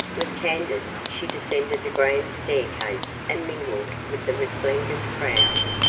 with candace she descended the grand staircase and mingled with the resplendent crowd.